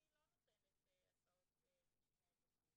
אני לא נותנת הסעות משני בתים,